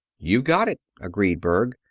you've got it, agreed berg.